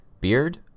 Beard